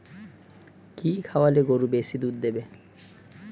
কি খাওয়ালে গরু বেশি দুধ দেবে?